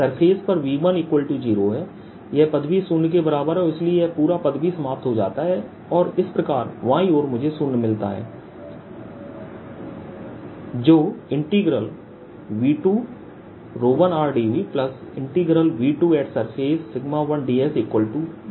surface पर V10 है यह पद भी शून्य के बराबर है और इसलिए यह पूरा पद भी समाप्त हो जाता है और इस प्रकार बाईं ओर मुझे शून्य मिलता है जो V21rdVV2surface1dS0के बराबर है